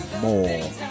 more